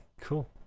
cool